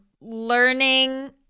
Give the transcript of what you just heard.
learning